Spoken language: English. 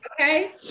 okay